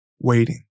waiting